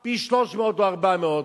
מראש פי-300 או פי-400,